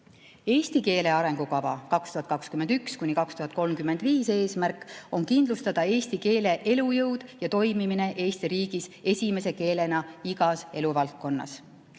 Eesti keele arengukava 2021–2035 eesmärk on kindlustada eesti keele elujõud ja toimimine Eesti riigis esimese keelena igas eluvaldkonnas.